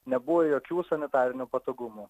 nebuvo jokių sanitarinių patogumų